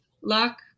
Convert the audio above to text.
luck